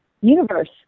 universe